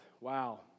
Wow